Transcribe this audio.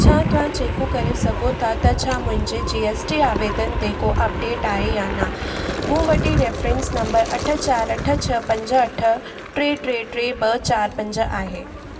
छा तव्हां चेक करे सघो था त छा मुंहिंजे जी एस टी आवेदन ते को अपडेट आहे या न मूं वट रेफ्रेंस नंबर अठ चारि अठ छह पंज अठ टे टे टे ॿ चारि पंज आहे